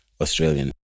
Australian